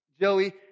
Joey